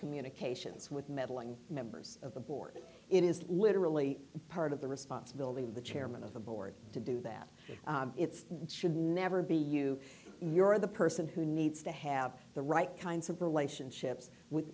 communications with meddling members of the board it is literally part of the responsibility of the chairman of the board to do that it's should never be you you're the person who needs to have the right kinds of relationships with